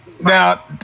Now